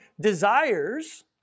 desires